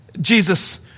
Jesus